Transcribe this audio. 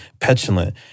petulant